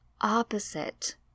opposite